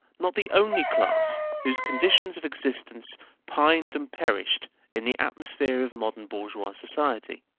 not the only class whose conditions of existence pined and perished in the atmosphere of modern bourgeois society.